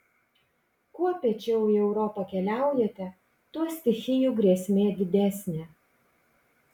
kuo piečiau į europą keliaujate tuo stichijų grėsmė didesnė